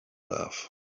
love